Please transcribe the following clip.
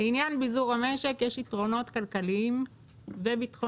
לעניין ביזור המשק יש יתרונות כלכליים וביטחוניים.